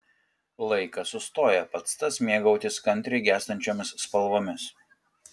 laikas sustoja pats tas mėgautis kantriai gęstančiomis spalvomis